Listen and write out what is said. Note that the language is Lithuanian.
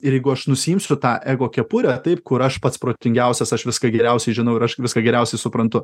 ir jeigu aš nusiimsiu tą ego kepurę taip kur aš pats protingiausias aš viską geriausiai žinau ir aš viską geriausiai suprantu